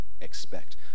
expect